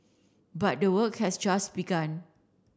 but the work has just begun